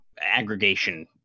aggregation